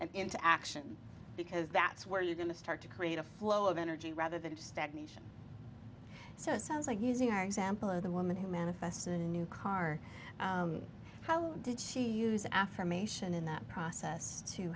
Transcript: and into action because that's where you're going to start to create a flow of energy rather than just stagnation so it sounds like using our example of the woman who manifests a new car how did she use affirmation in that process to